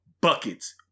buckets